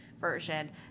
version